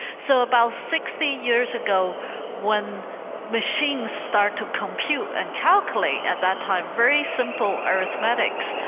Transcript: so about sixty years ago when machines started to compute and calculate at that time very simple arithmetics,